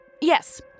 Yes